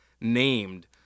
named